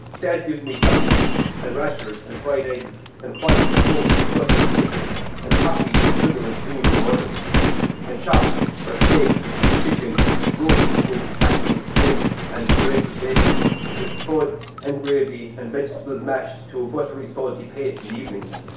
dad gives me sausages and rashers and fried eggs and white toast buttered thick and coffee with sugar and cream in the mornings and chops or steaks or chicken roasted in its fattening skin and draped with bacon with spuds and gravy and vegetables mashed to a buttery, salty paste in the evenings.